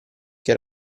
che